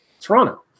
Toronto